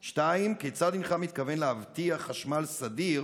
2. כיצד אתה מתכוון להבטיח חשמל סדיר